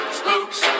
spooks